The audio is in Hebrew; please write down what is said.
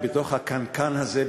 יש בתוך הקנקן הזה,